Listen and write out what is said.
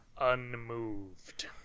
unmoved